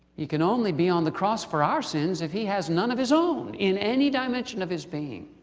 he can only be on the cross for our sins if he has none of his own in any dimension of his being.